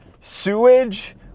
sewage